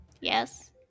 Yes